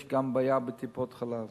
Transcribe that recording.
יש בעיה גם בטיפות-חלב.